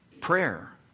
Prayer